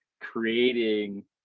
creating